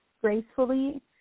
gracefully